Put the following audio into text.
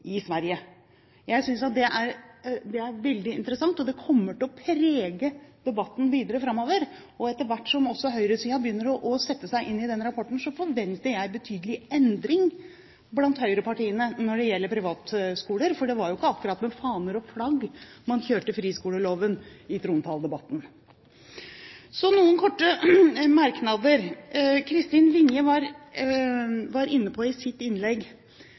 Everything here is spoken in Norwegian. i Sverige. Jeg synes det er veldig interessant, og det kommer til å prege debatten videre framover. Etter hvert som også høyresiden begynner å sette seg inn i denne rapporten, forventer jeg en betydelig endring blant høyrepartiene når det gjelder privatskoler. Det var jo ikke akkurat med faner og flagg man kjørte friskoleloven i trontaledebatten. Så noen korte merknader. Kristin Vinje var i sitt innlegg